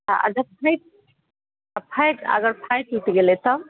अगर फाटि अगर फाटि गेलै तऽ